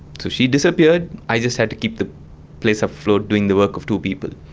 so she disappeared, i just had to keep the place afloat doing the work of two people.